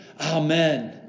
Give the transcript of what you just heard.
Amen